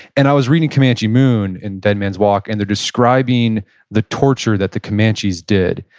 and i was reading comanche moon, and dead man's walk. and they're describing the torture that the comanches did.